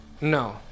No